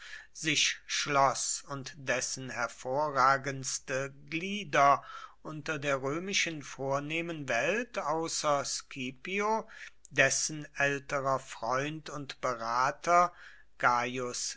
sich schloß und dessen hervorragendste glieder unter der römischen vornehmen welt außer scipio dessen älterer freund und berater